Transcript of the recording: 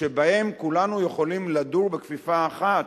שבהן כולנו יכולים לדור בכפיפה אחת